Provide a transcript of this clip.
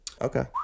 Okay